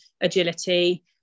agility